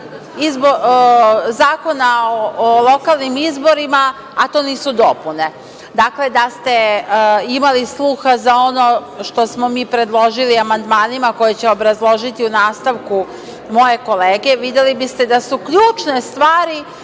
Zakona o lokalnim izborima, a to nisu dopune. Dakle, da ste imali sluha za ono što smo mi predložili amandmanima, koje će obrazložiti u nastavku moje kolege, videli biste da su ključne stvari